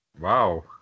Wow